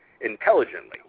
intelligently